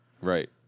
Right